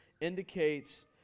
indicates